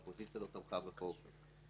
האופוזיציה לא תמכה בחוק.